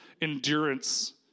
endurance